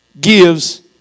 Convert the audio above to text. gives